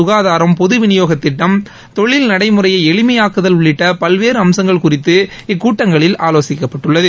சுகாதாரம் பொது விளியோக திட்டம் தொழில் நடைமுறையை எளிமையாக்குதல் உள்ளிட்ட பல்வேறு அம்சங்கள் குறித்து இக்கூட்டங்களில் ஆலோசிக்கப்பட்டுள்ளது